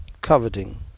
coveting